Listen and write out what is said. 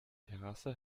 terrasse